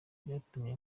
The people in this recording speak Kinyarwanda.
byatumye